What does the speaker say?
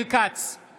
נגד חיים כץ, נגד ישראל